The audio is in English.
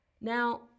Now